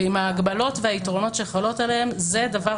ועם ההגבלות והיתרונות שחלות עליהם זה דבר